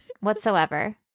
whatsoever